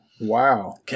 Wow